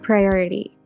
Priority